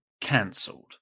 cancelled